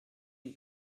une